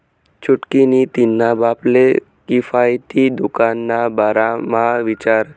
छुटकी नी तिन्हा बापले किफायती दुकान ना बारा म्हा विचार